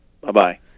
Bye-bye